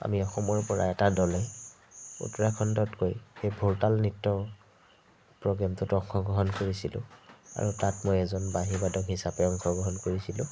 আমি অসমৰপৰা এটা দলে উত্তৰাখণ্ডত গৈ সেই ভোৰতাল নৃত্য প্ৰগ্ৰেমটোত অংশগ্ৰহণ কৰিছিলোঁ আৰু তাত মই এজন বাঁহী বাদক হিচাপে অংশগ্ৰহণ কৰিছিলোঁ